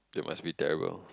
that must be terrible